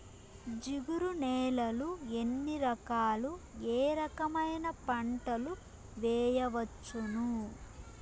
జిగురు నేలలు ఎన్ని రకాలు ఏ రకమైన పంటలు వేయవచ్చును?